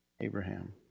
Abraham